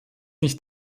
nicht